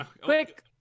Quick